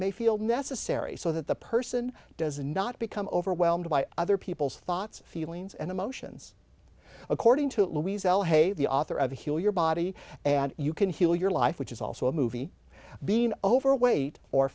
may feel necessary so that the person does not become overwhelmed by other people's thoughts feelings and emotions according to louise l hay the author of heal your body and you can heal your life which is also a movie being overweight or